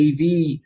AV